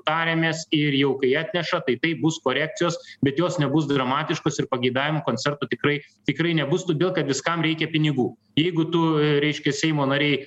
tariamės ir jau kai atneša tai tai bus korekcijos bet jos nebus dramatiškos ir pageidavimų koncertų tikrai tikrai nebus todėl kad viskam reikia pinigų jeigu tu reiškias seimo nariai